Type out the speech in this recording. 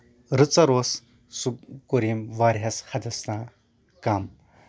رٕژر اوس سُہ کوٚر أمۍ واریہس حدس تام کَم